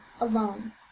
alone